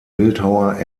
bildhauer